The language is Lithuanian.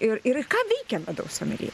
ir ir ką veikia medaus someljė